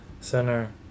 center